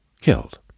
killed